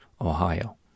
Ohio